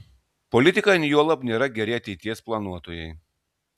politikai juolab nėra geri ateities planuotojai